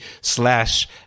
slash